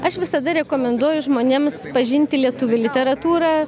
aš visada rekomenduoju žmonėms pažinti lietuvių literatūrą